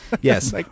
yes